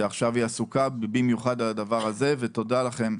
שעכשיו עסוקה במיוחד בזה, תודה לכם.